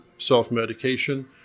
self-medication